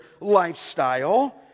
lifestyle